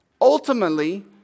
Ultimately